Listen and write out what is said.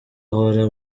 ahora